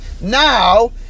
Now